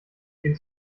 dem